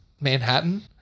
Manhattan